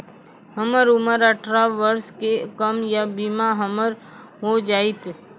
हमर उम्र अठारह वर्ष से कम या बीमा हमर हो जायत?